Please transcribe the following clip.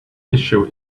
issue